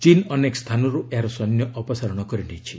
ଚୀନ୍ ଅନେକ ସ୍ଥାନର୍ ଏହାର ସୈନ୍ୟ ଅପସାରଣ କରିନେଇଛି